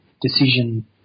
decision